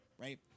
right